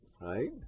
right